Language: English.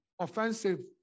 offensive